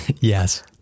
Yes